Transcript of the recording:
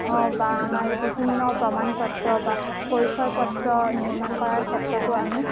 হওক বা আমাৰ বিভিন্ন প্ৰমাণ পত্ৰ বা পৰিচয় পত্ৰ নিৰ্মাণ কৰাৰ ক্ষেত্ৰতো আমি